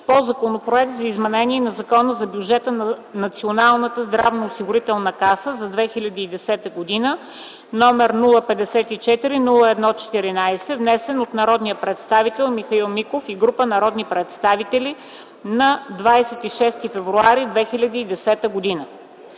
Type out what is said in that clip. Законопроект за изменение на Закона за бюджета на Националната здравноосигурителна каса за 2010 г., № 054-01-14, внесен от народния представител Михаил Миков и група народни представители на 26 февруари 2010 г.